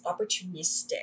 opportunistic